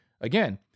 Again